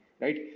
right